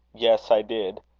yes i did.